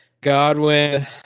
godwin